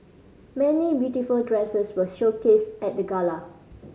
many beautiful dresses were showcased at the gala